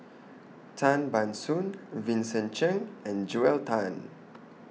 Tan Ban Soon Vincent Cheng and Joel Tan